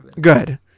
Good